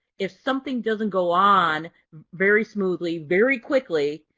if something doesn't go on very smoothly, very quickly,